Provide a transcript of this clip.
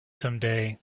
someday